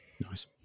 Nice